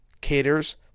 caters